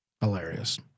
Hilarious